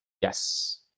yes